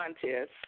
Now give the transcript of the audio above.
contest